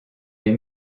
les